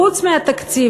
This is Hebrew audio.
חוץ מהתקציב,